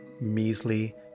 measly